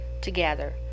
together